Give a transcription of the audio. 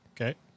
Okay